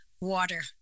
Water